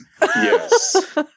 Yes